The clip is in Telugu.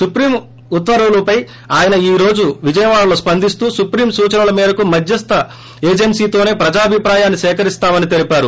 సుప్రీం ఉత్తర్వులపై ఆయన ఈ రోజు విజయవాడలో స్పందిస్తూ సుప్రీం సూచనల మేరకు మధ్యస్థ ఏజెన్సీతోనే ప్రజాభిప్రాయాన్ని సేకరిస్తామని తెలిపారు